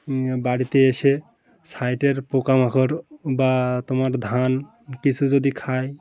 বাড়িতে এসে সাইডের পোকামাকড় বা তোমার ধান কিছু যদি খায়